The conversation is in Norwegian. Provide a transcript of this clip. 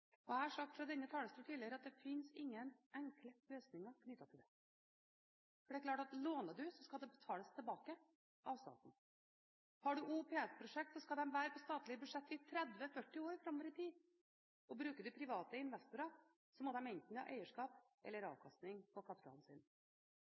finanseringsmetoder. Jeg har sagt fra denne talerstolen tidligere at det finnes ingen enkle løsninger knyttet til dette, for hvis du låner, så skal det betales tilbake av staten. Har du OPS-prosjekter, skal de være på statlige budsjetter i 30–40 år framover i tid, og bruker du private investorer, må de enten ha eierskap eller